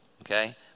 Okay